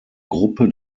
gruppe